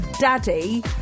daddy